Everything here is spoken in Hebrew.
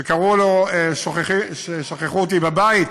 שקראו לו "שכחו אותי בבית".